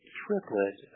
triplet